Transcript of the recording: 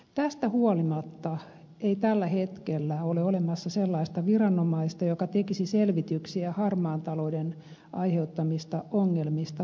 tästä huolimatta ei tällä hetkellä ole olemassa sellaista viranomaista joka tekisi selvityksiä harmaan talouden aiheuttamista ongelmista kokonaisuutena